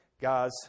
guys